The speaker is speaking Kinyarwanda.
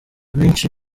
benshi